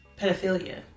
pedophilia